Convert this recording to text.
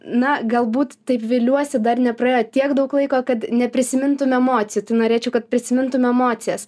na galbūt taip viliuosi dar nepraėjo tiek daug laiko kad neprisimintum emocijų tai norėčiau kad prisimintum emocijas